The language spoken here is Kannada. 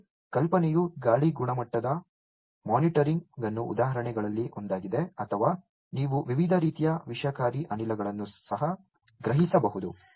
ಮತ್ತು ಕಲ್ಪನೆಯು ಗಾಳಿ ಗುಣಮಟ್ಟದ ಮಾನಿಟರಿಂಗ್ ಅನ್ನು ಉದಾಹರಣೆಗಳಲ್ಲಿ ಒಂದಾಗಿದೆ ಅಥವಾ ನೀವು ವಿವಿಧ ರೀತಿಯ ವಿಷಕಾರಿ ಅನಿಲಗಳನ್ನು ಸಹ ಗ್ರಹಿಸಬಹುದು